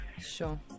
Sure